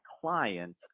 client